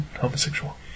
homosexual